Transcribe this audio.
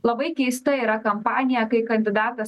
labai keista yra kampanija kai kandidatas